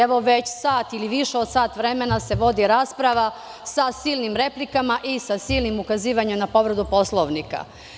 Evo, već sat vremena ili više od sat vremena se vodi rasprava sa silinim replikama i sa silnim ukazivanjem na povredu Poslovnika.